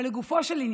אבל לגופו של עניין,